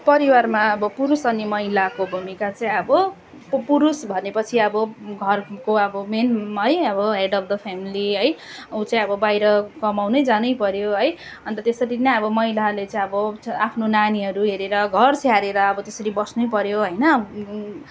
परिवारमा अब पुरुष अनि महिलाको भूमिका चाहिँ अब पु पुरुष भने पछि अब घरको अब मेन है अब हेड अब् द फ्यामिली है ऊ चाहिँ अब बाहिर कमाउन जानै पऱ्यो है अन्त त्यसरी नै अब महिलाहरूले चाहिँ अब आफ्नो नानीहरू हेरेर घर स्याहारेर अब त्यसरी बस्नै पर्यो होइन